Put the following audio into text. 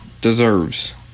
deserves